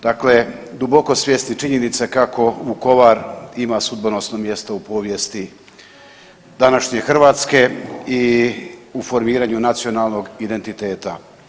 Dakle, duboko svjesni činjenice kako Vukovar ima sudbonosno mjesto u povijesti današnje Hrvatske i u formiranju nacionalnog identiteta.